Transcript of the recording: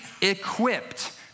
equipped